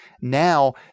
Now